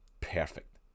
perfect